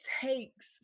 takes